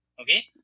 Okay